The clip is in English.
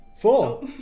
four